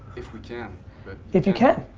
if we can't. if you can.